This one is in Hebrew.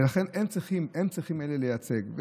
ולכן הם שצריכים לייצג.